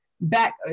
back